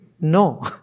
No